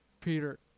Peter